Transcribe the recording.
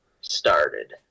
started